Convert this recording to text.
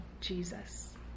Jesus